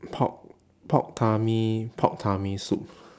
pork pork tummy pork tummy soup